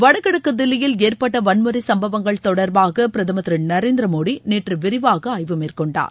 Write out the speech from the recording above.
வடகிழக்கு தில்லியில் ஏற்பட்ட வன்முறை சுப்பவங்கள் தொடர்பாக பிரதமர் திரு நரேந்திர மோடி நேற்று விரிவாக ஆய்வு மேற்கொண்டார்